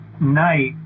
night